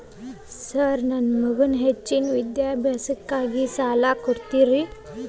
Sir ನನ್ನ ಮಗನ ಹೆಚ್ಚಿನ ವಿದ್ಯಾಭ್ಯಾಸಕ್ಕಾಗಿ ಸಾಲ ಕೊಡ್ತಿರಿ?